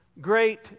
great